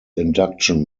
induction